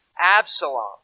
Absalom